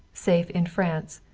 safe in france,